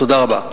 תודה רבה.